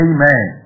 Amen